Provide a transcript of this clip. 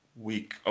week